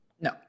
No